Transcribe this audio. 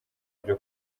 byo